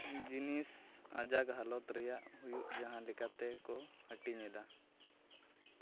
ᱡᱤᱱᱤᱥ ᱟᱡᱟᱜᱽ ᱦᱟᱞᱚᱛ ᱨᱮᱭᱟᱜ ᱦᱩᱭᱩᱜ ᱡᱟᱦᱟᱸ ᱞᱮᱠᱟ ᱛᱮᱠᱚ ᱦᱟᱹᱴᱤᱧᱮᱫᱟ